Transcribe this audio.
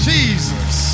Jesus